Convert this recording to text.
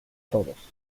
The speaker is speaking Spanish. todos